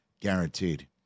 guaranteed